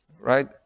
Right